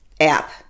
app